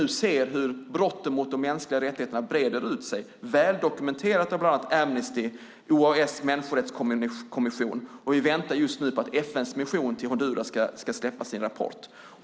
Vi ser nu hur brotten mot mänskliga rättigheter breder ut sig. Det är väl dokumenterat bland annat av Amnesty och OAS människorättskommission, och just nu väntar vi på att FN:s Hondurasmission ska släppa sin rapport.